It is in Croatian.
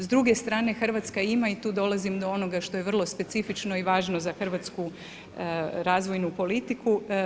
S druge strane Hrvatska ima i tu dolazim do onoga što je vrlo specifično i važno za hrvatsku razvojnu politiku.